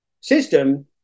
system